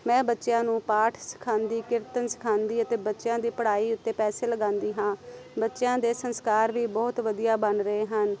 ਮੈਂ ਬੱਚਿਆਂ ਨੂੰ ਪਾਠ ਸਿਖਾਉਂਦੀ ਕੀਰਤਨ ਸਿਖਾਉਂਦੀ ਅਤੇ ਬੱਚਿਆਂ ਦੀ ਪੜ੍ਹਾਈ ਉੱਤੇ ਪੈਸੇ ਲਗਾਉਂਦੀ ਹਾਂ ਬੱਚਿਆਂ ਦੇ ਸੰਸਕਾਰ ਵੀ ਬਹੁਤ ਵਧੀਆ ਬਣ ਰਹੇ ਹਨ